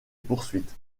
poursuite